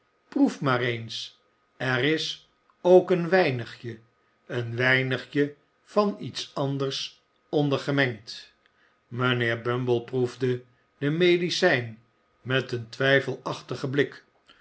proef maar eens er is ook een weinigje een weinigje van iets anders onder gemengd mijnheer bumble proefde de medicijn met een twijfelachtigen blik